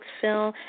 film